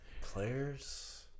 Players